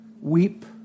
Weep